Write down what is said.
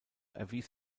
erwies